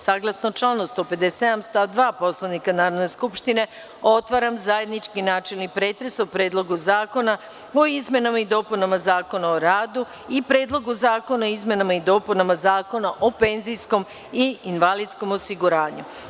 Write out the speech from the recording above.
Saglasno članu 157. stav 2. Poslovnika Narodne skupštine, otvaram zajednički načelni pretres o Predlogu zakona o izmenama i dopunama Zakona o radu i Predlogu zakona o izmenama i dopunama Zakona o penzijskom i invalidskom osiguranju.